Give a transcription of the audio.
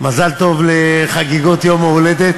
מזל טוב לחגיגות יום ההולדת.